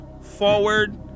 forward